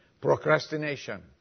Procrastination